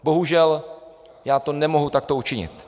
Bohužel, já to nemohu takto učinit.